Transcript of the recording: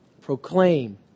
Proclaim